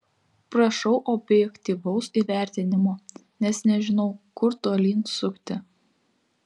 prašau objektyvaus įvertinimo nes nežinau kur tolyn sukti